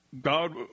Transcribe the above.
God